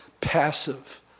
passive